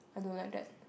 I don't like that